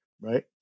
right